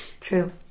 True